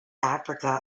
africa